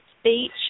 speech